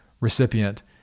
recipient